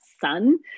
son